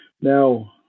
Now